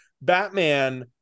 Batman